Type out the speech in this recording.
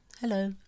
hello